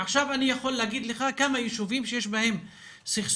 אני יכול להגיד לך כמה יישובים שיש בהם סכסוך